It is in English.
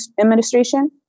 administration